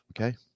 Okay